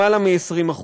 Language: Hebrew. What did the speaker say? למעלה מ-20%.